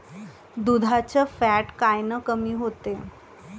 दुधाचं फॅट कायनं कमी होते?